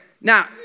Now